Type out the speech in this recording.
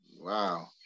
Wow